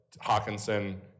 Hawkinson